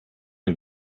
and